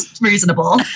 reasonable